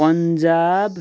Punjab